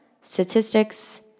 statistics